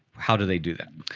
how do they do that?